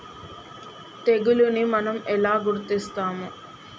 తెగులుని మనం ఎలా గుర్తిస్తాము?